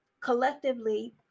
Collectively